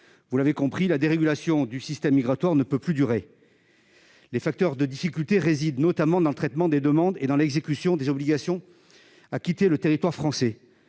vous l'avez compris, la dérégulation du système migratoire ne peut plus durer. Les facteurs de difficulté résident notamment dans le traitement des demandes et dans l'exécution des obligations de quitter le territoire français